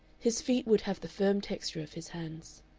his feet would have the firm texture of his hands.